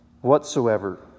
Whatsoever